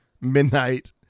midnight